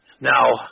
Now